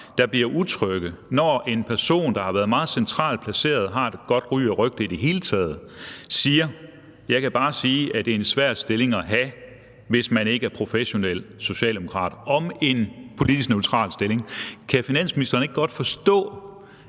der bliver utrygge, når en person, der har været meget centralt placeret og har et godt ry og rygte i det hele taget om en politisk neutral stilling siger, at det er en svær stilling at have, hvis man ikke er professionel socialdemokrat? Kan finansministeren ikke godt forstå,